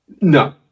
No